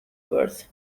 birth